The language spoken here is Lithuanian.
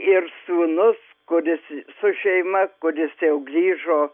ir sūnus kuris su šeima kuris jau grįžo